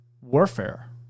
warfare